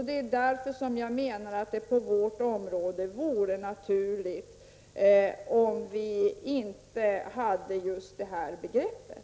Det är därför som jag menar att på vårt område vore det naturligt om vi inte hade just det här begreppet.